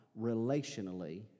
relationally